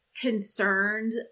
concerned